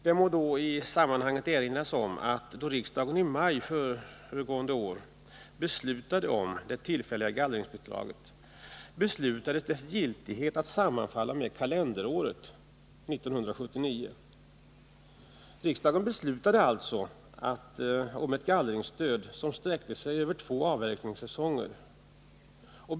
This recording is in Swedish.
Det må i sammanhanget erinras om att då riksdagen i maj månad förra året beslutade om det tillfälliga gallringsbidraget fastställdes dess giltighet att sammanfalla med kalenderåret 1979. Riksdagen beslutade alltså om ett gallringsstöd som sträckte sig över två avverkningssäsonger.